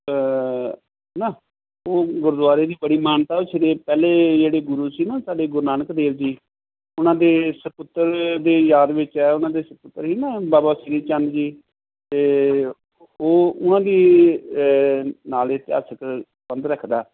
ਨਾ ਉਹ ਗੁਰਦੁਆਰੇ ਦੀ ਬੜੀ ਮਾਨਤਾ ਉਹ ਸ੍ਰੀ ਪਹਿਲੇ ਜਿਹੜੇ ਗੁਰੂ ਸੀ ਨਾ ਸਾਡੇ ਗੁਰੂ ਨਾਨਕ ਦੇਵ ਜੀ ਉਹਨਾਂ ਦੇ ਸਪੁੱਤਰ ਦੇ ਯਾਦ ਵਿੱਚ ਹੈ ਉਹਨਾਂ ਦੇ ਸਪੁੱਤਰ ਸੀ ਨਾ ਬਾਬਾ ਸ੍ਰੀ ਚੰਦ ਜੀ ਅਤੇ ਉਹ ਉਹਨਾਂ ਦੀ ਨਾਲ ਇਤਿਹਾਸਿਕ ਸੰਬੰਧ ਰੱਖਦਾ